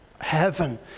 heaven